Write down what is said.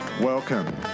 Welcome